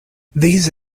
these